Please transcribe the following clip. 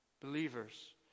Believers